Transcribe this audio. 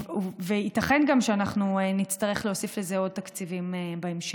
ייתכן שנצטרך להוסיף לזה תקציבים בהמשך.